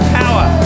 power